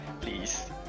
Please